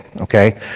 okay